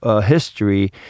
history